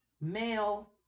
male